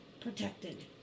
protected